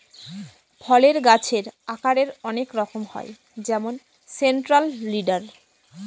ফলের গাছের আকারের অনেক রকম হয় যেমন সেন্ট্রাল লিডার